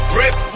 rip